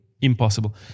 impossible